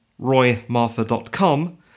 roymartha.com